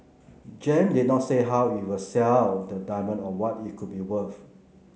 Gem did not say how it will sell the diamond or what it could be worth